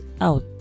out